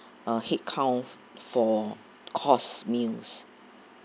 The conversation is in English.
uh headcount for course meals